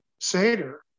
seder